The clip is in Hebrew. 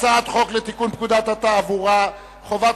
הצעת חוק לתיקון פקודת התעבורה (חובת